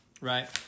right